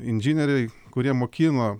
inžinieriai kurie mokino